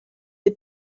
est